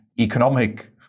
economic